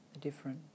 different